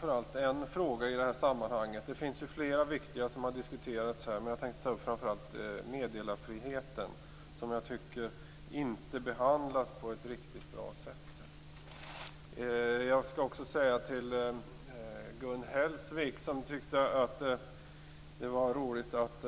Fru talman! Flera viktiga frågor har diskuterats här. Jag tänker ta upp framför allt frågan om meddelarfriheten, som jag inte tycker har behandlats på ett riktigt bra sätt. Gun Hellsvik tycker att det är roligt att